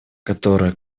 которая